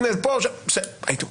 אז פה הייתי אומר,